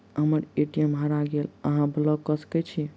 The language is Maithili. हम्मर ए.टी.एम हरा गेल की अहाँ ब्लॉक कऽ सकैत छी?